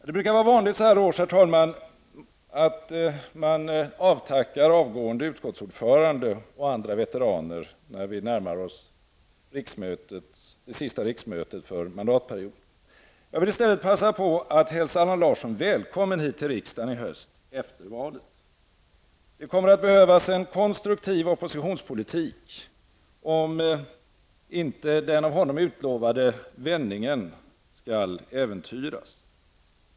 Det brukar vara vanligt så här års, herr talman, att man avtackar avgående utskottsordförande och andra veteraner, när vi närmar oss slutet på det sista riksmötet för mandatperioden. Jag vill i stället passa på att hälsa Allan Larsson välkommen hit till riksdagen i höst, efter valet. Det kommer att behövas en konstruktiv oppositionspolitik, om inte den av honom utlovade vändningen skall äventyras.